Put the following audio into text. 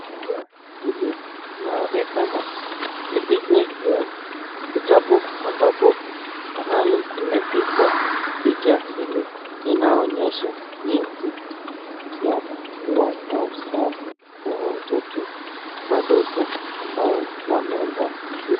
Inaonekana ni picha ya kitabu ambapo mahali imepigwa picha hili inaonyesha jinsi ya kukuwa na usafi kwa watoto wadogo ambao wanaenda shule.